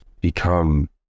become